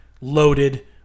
loaded